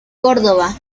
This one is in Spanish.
córdoba